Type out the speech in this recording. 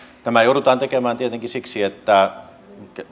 tämä joudutaan tekemään tietenkin siksi että